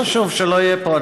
לא חשוב, שלא יהיה פה.